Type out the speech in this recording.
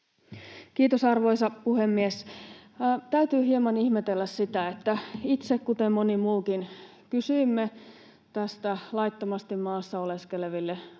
Kiitos, arvoisa puhemies! Täytyy hieman ihmetellä sitä, kun itse, kuten moni muukin, kysyimme näistä laittomasti maassa oleskeleville annetuista